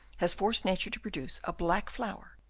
has forced nature to produce a black flower,